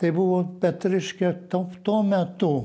tai buvo bet reiškia top tuo metu